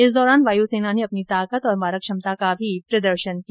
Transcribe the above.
इस दौरान वायु सेना ने अपनी ताकत और मारक क्षमता का भी प्रदर्शन किया